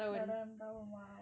dah enam tahun !wow!